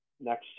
next